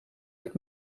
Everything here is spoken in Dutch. het